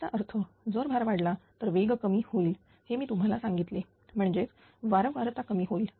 त्याचा अर्थ जर भार वाढला तर वेग कमी होईल हे मी तुम्हाला सांगितले म्हणजेच वारंवारता कमी होईल